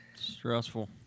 stressful